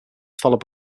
followed